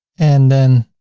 and then.